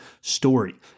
story